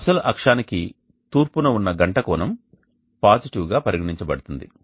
అసలు అక్షానికి తూర్పున ఉన్న గంట కోణం పాజిటివ్ గా పరిగణించబడుతుంది